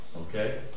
Okay